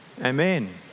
Amen